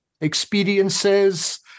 experiences